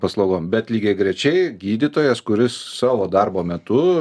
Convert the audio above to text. paslaugom bet lygiagrečiai gydytojas kuris savo darbo metu